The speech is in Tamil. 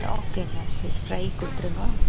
ஆ ஓகேங்க ஃபிஷ் ஃபிரை கொடுத்துடுவா